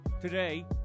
today